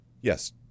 Yes